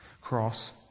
cross